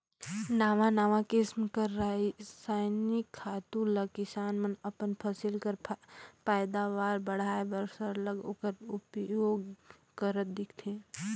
नावा नावा किसिम कर रसइनिक खातू ल किसान मन अपन फसिल कर पएदावार बढ़ाए बर सरलग ओकर उपियोग करत दिखथें